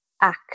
act